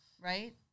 right